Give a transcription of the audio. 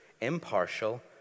impartial